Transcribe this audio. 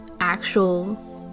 actual